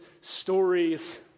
stories